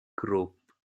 krupp